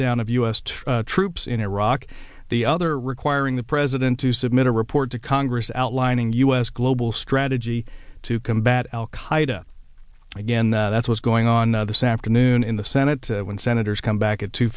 drawdown of u s troops in iraq the other requiring the president to submit a report to congress outlining u s global strategy to combat al qaida again that's what's going on this afternoon in the senate when senators come back at two